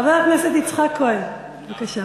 חבר הכנסת יצחק כהן, בבקשה.